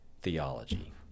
theology